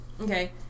Okay